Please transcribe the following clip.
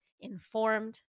informed